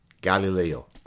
Galileo